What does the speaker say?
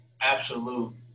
absolute